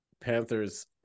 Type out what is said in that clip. Panthers